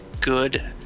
good